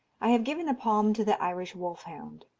i have given the palm to the irish wolf-hound,